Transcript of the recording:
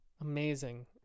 amazing